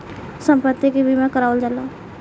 सम्पति के बीमा करावल जाला